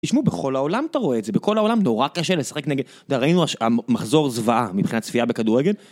תשמעו, בכל העולם אתה רואה את זה, בכל העולם נורא קשה לשחק נגד, וראינו המחזור זוועה מבחינת צפייה בכדורגל.